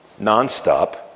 nonstop